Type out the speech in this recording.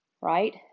Right